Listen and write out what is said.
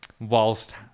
whilst